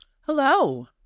Hello